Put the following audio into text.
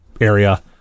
area